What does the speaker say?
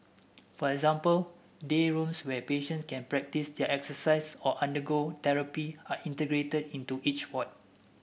for example day rooms where patients can practise their exercise or undergo therapy are integrated into each ward